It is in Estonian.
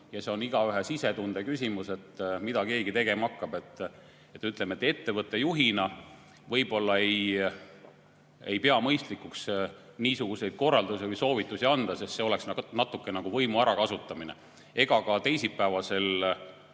ja see on igaühe sisetunde küsimus, mida keegi tegema hakkab. Ütleme, et ettevõtte juhina ma ei pea mõistlikuks niisuguseid korraldusi või soovitusi anda, sest see oleks natuke nagu võimu ärakasutamine. Ka teisipäevasel